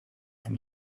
from